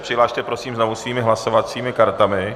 Přihlaste se prosím znovu svými hlasovacími kartami.